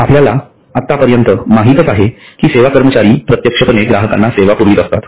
आपल्याला आतापर्यंत माहितच आहे की सेवा कर्मचारी प्रत्यक्षपणे ग्राहकांना सेवा पुरवीत असतात